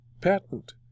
patent